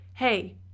Hey